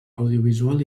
audiovisual